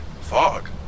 Fog